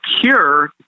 cure